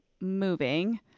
moving